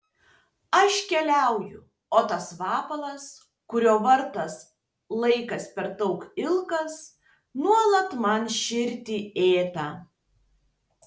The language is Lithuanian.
aš keliauju o tas vabalas kurio vardas laikas per daug ilgas nuolat man širdį ėda